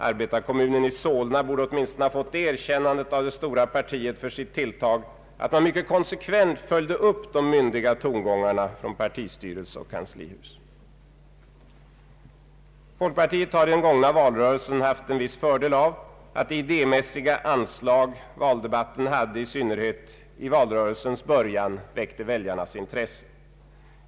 Arbetarekommunen i Solna borde åtminstone ha fått det erkännandet av det stora partiet för sitt tilltag att man mycket konsekvent följt upp de myndiga tongångarna från partistyrelse och kanslihus. Folkpartiet har i den gångna valrörelsen haft en fördel av att det idé mässiga anslag valdebatten hade, i synnerhet i valrörelsens början, väckte väljarnas intresse.